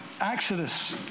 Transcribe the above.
Exodus